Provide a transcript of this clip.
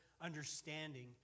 understanding